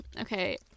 okay